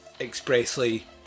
expressly